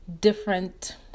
different